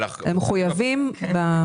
הם חייבים.